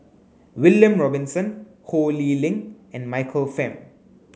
William Robinson Ho Lee Ling and Michael Fam